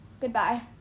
Goodbye